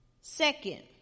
Second